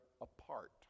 apart